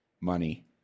Money